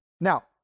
Now